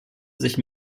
sich